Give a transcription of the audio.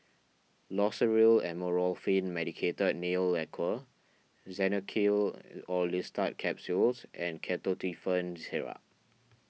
Loceryl Amorolfine Medicated Nail Lacquer Xenical Orlistat Capsules and Ketotifen Syrup